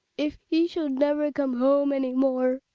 if he should never come home any more!